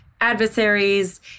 adversaries